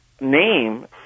name